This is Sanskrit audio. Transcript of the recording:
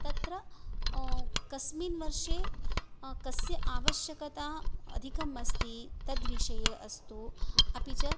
तत्र कस्मिन् वर्षे कस्य आवश्यकता अधिकम् अस्ति तद्विषये अस्तु अपि च